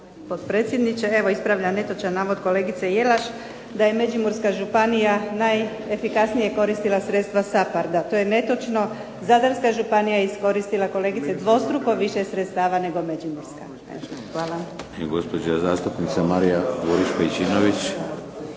Potpredsjedniče evo ispravljam netočan navod kolegice Jelaš da je Međimurska županija najefikasnije koristila sredstva SAPARD-a. To je netočno. Zadarska županija je iskoristila kolegice dvostruko više sredstava nego Međimurska. Evo